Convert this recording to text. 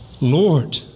Lord